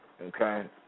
Okay